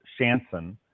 Shanson